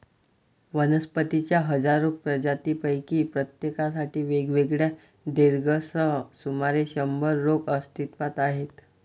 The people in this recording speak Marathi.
वनस्पतींच्या हजारो प्रजातींपैकी प्रत्येकासाठी वेगवेगळ्या ट्रिगर्ससह सुमारे शंभर रोग अस्तित्वात आहेत